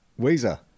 Weezer